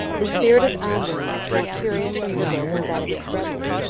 the spirit of amrou was more curious and liberal than that of his brethren,